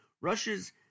Russia's